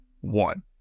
one